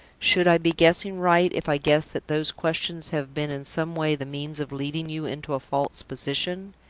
should i be guessing right if i guessed that those questions have been in some way the means of leading you into a false position?